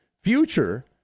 future